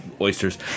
oysters